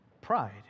pride